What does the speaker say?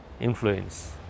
Influence